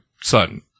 son